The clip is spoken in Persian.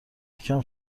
یکم